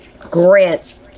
grant